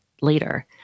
later